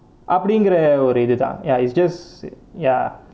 அப்படிங்குற ஒரு இதுதான்:appadingura oru ithuthaan ya it's just ya